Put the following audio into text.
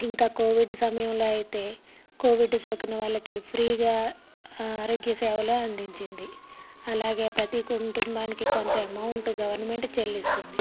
ఇంకా కోవిడ్ సమయంలో అయితే కోవిడ్ సోకిన వాళ్ళకి ఫ్రీగా ఆరోగ్య సేవలు అందించింది అలాగే ప్రతి కుటుంబానికి కొంత అమౌంట్ గవర్నమెంట్ చెల్లిస్తుంది